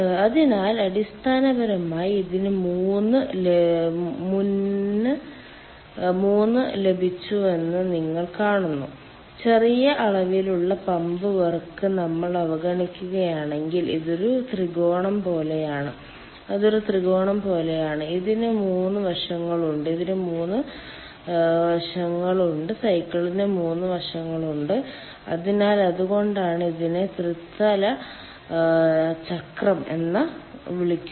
അതിനാൽ അടിസ്ഥാനപരമായി ഇതിന് മൂന്ന് ലഭിച്ചുവെന്ന് നിങ്ങൾ കാണുന്നു ചെറിയ അളവിലുള്ള പമ്പ് വർക്ക് നമ്മൾ അവഗണിക്കുകയാണെങ്കിൽ ഇത് ഒരു ത്രികോണം പോലെയാണ് അത് ഒരു ത്രികോണം പോലെയാണ് ഇതിന് മൂന്ന് വശങ്ങളുണ്ട് ഇതിന് മൂന്ന് വശങ്ങളുണ്ട് സൈക്കിളിന് മൂന്ന് വശങ്ങളുണ്ട് അതിനാൽ അതുകൊണ്ടാണ് ഇതിനെ ത്രിതല ചക്രം എന്ന് വിളിക്കുന്നത്